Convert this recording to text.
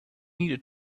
needed